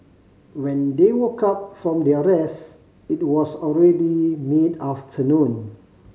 when they woke up from their rest it was already mid afternoon